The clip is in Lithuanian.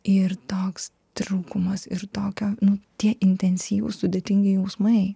ir toks trūkumas ir tokio nu tie intensyvūs sudėtingi jausmai